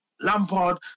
Lampard